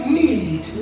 need